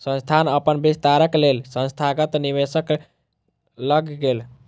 संस्थान अपन विस्तारक लेल संस्थागत निवेशक लग गेल